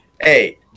hey